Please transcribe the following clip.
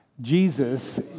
Jesus